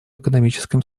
экономическим